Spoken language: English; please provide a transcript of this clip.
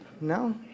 no